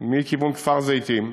מכיוון כפר-זיתים,